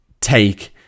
take